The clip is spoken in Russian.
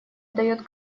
дает